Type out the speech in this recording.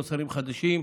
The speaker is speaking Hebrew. לא שרים חדשים,